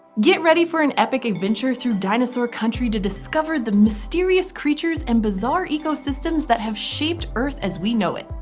get ready for an epic adventure through dinosaur country to discover the mysterious creatures and bizarre ecosystems that have shaped earth as we know it.